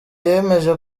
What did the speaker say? yemeje